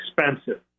expensive